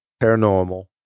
paranormal